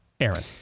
Aaron